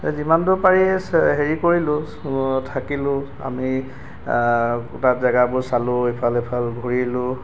যিমান দূৰ পাৰি চে হেৰি কৰিলো থাকিলো আমি তাত জেগাবোৰ চালো ইফাল সিফাল ঘুৰিলো